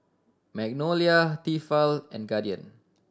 Magnolia Tefal and Guardian